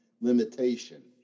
limitation